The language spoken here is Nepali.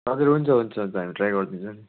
हजुर हुन्छ हुन्छ हुन्छ हामी ट्राई गरिदिन्छ नि